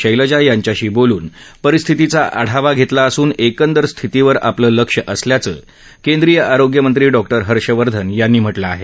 शैलजा यांच्याशी बोलून परिस्थितीचा आढावा घेतला असून एकदंर स्थितीवर आपलं लक्ष असल्याचं केंद्रीय आरोग्यमंत्री डॉ हर्षवर्धन यांनी म्हटलं आहे